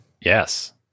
Yes